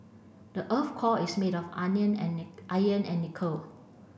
the earth core is made of iron and nickel